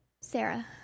Sarah